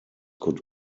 could